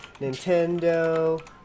Nintendo